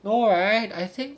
no right I think